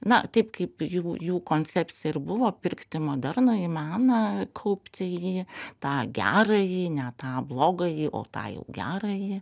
na taip kaip jų jų koncepcija ir buvo pirkti modernųjį meną kaupti savyje tą gerąjį ne tą blogąjį o tajų gerąjį